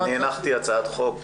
אני הנחתי הצעת חוק,